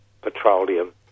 petroleum